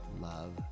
love